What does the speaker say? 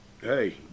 hey